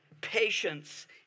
patience